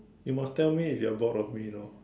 you must tell me if you are bored of me you know